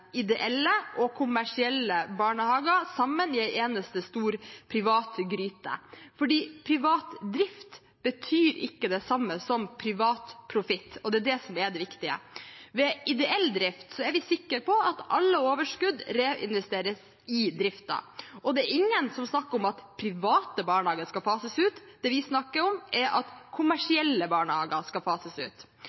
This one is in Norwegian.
ideelle og kommersielle barnehager i en eneste stor privat gryte. Privat drift betyr ikke det samme som privat profitt, og det er det som er det viktige. Ved ideell drift er vi sikret at alt overskudd reinvesteres i driften. Det er ingen som snakker om at private barnehager skal fases ut; det vi snakker om, er at kommersielle barnehager skal fases ut.